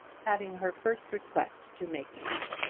having her first request to make to him.